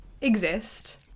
exist